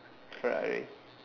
Ferrari